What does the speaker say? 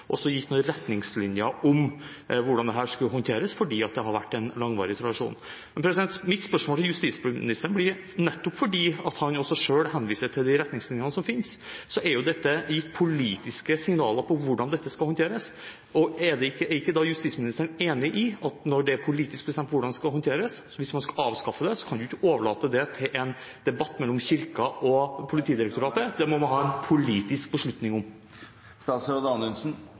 en langvarig tradisjon. Mitt spørsmål til justisministeren blir: Nettopp fordi han også selv henviser til de retningslinjene som finnes, er det med dette gitt politiske signaler om hvordan dette skal håndteres, og er ikke justisministeren da enig i at når det er politisk bestemt hvordan det skal håndteres – hvis man skal avskaffe det – kan man ikke overlate det til en debatt mellom Kirken og Politidirektoratet, man må ha en politisk beslutning om